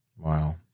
Wow